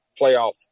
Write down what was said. playoff